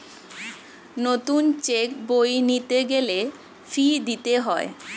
নতুন চেক বই নিতে গেলে ফি দিতে হয়